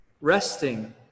resting